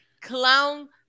clown